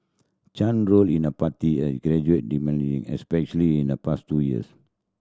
Chen role in a party gradually especially in the past two years